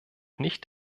nicht